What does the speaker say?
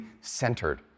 centered